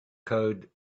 code